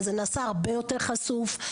זה נעשה הרבה יותר חשוף.